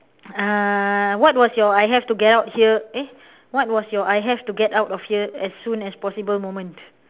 err what was your I have to get out here eh what was your I have to get out of here as soon as possible moment